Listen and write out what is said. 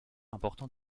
important